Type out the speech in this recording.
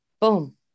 boom